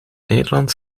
nederlands